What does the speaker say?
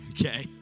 Okay